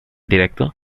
directo